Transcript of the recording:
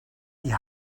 die